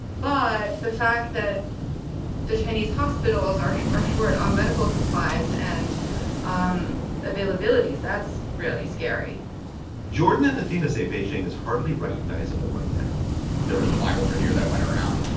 but the fact that the chinese hospitals are are short on medical supplies and availabilities, that's really scary jordan and athena say beijing is hardly recognizable right now there is a viral video that went around,